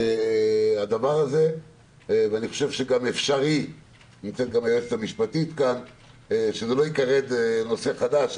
לדעתי גם אפשרי שזה לא ייקרא נושא חדש,